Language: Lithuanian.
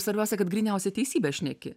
svarbiausia kad gryniausią teisybę šneki